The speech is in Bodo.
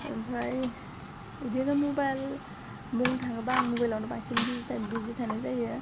ओमफ्राय बिदिनो मबाइल बुंनो थाङोबा आं मबाइलआवनो बांसिन बिजि थानाय जायो